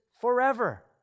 forever